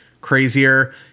crazier